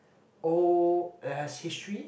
old it has history